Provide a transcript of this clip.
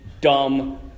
dumb